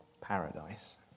paradise